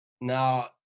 Now